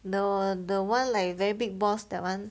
the the one like very big boss that [one]